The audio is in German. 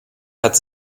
hat